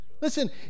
Listen